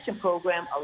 Program